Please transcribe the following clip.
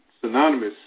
synonymous